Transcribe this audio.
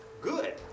good